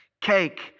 cake